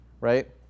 right